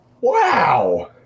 Wow